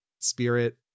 spirit